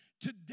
today